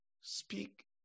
Speak